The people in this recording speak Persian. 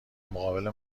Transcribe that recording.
مقابل